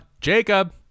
Jacob